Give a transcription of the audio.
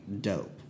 dope